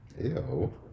Ew